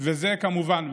זה כמובן,